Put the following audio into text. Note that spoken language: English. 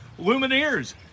Lumineers